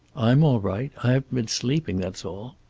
i'm all right. i haven't been sleeping. that's all.